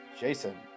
Jason